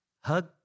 hug